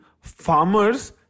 farmers